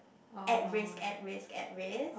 at risk at risk at risk